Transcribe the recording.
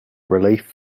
relief